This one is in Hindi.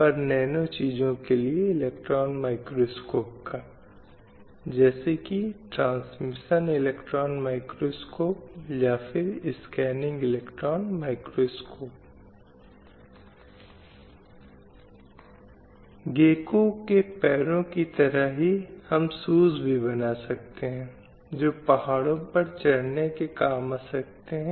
अब अगर कोई इन मापदंडों को देखता है तो कोई भी यह समझ सकता है कि क्या समानता अभी भी एक मिथक है जब इसका सरोकार महिलाओं से है इसलिए यदि कोई लिंग संरचना को इस संबंध में देखता है तो 933 महिलाएं हैं 1000 पुरुषों के मुकाबले एक अंतर है जो वहां मौजूद है और शायद इसके निशान लड़के को प्राथमिकता दिए जाने में मिलते हैं जिसका संबंध समाज में पुरुषों की तुलना में जन्म लेने वाली महिलाओं की संख्या से बहुत कुछ है